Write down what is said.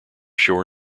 shore